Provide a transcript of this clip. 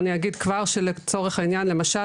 אני אגיד כבר שלצורך העניין למשל,